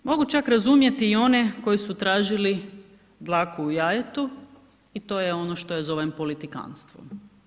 Mogu čak razumjeti i one koji su tražili dlaku u jajetu i to je ono što ja zovem politikantstvom.